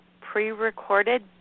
pre-recorded